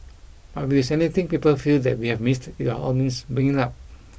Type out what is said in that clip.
but if there's anything people feel that we have missed all means bring it up